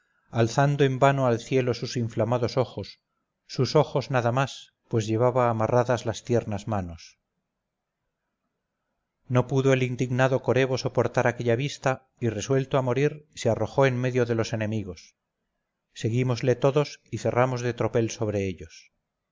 alzando en vano al cielo sus inflamados ojos sus ojos nada más pues llevaba amarradas las tiernas manos no pudo el indignado corebo soportar aquella vista y resuelto a morir se arrojó en medio de los enemigos seguímosle todos y cerramos de tropel sobre ellos